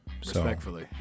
Respectfully